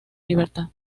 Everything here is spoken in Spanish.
libertad